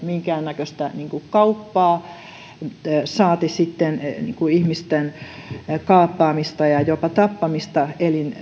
minkäännäköistä kauppaa saati sitten ihmisten kaappaamista ja jopa tappamista